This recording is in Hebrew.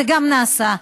זה נעשה.